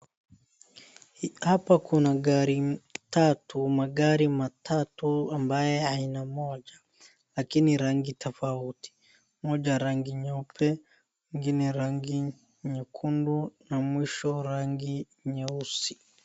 Hapa kuna magari matatu ambaye aina moja lakini rangi tofauti. Moja rangi nyeupe, ingine rangi nyekundu na mwisho rangi nyeusi.